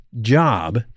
job